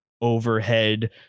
overhead